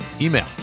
email